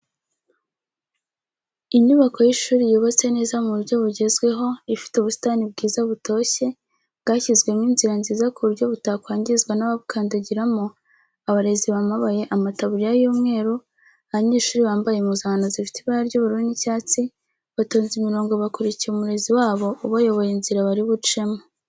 Inyubako y'ishuri yubatse neza mu buryo bugezweho ifite ubusitani bwiza butoshye bwashyizwemo inzira nziza ku buryo butakwangizwa n'ababukandagiramo, abarezi bamabaye amataburiya y'umweru, abanyeshuri bambaye impuzankano zifite ibara ry'ubururu n'icyatsi batonze imirongo bakurikiye umurezi wabo ubayoboye inzira bari bucemo.